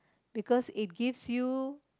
because it gives you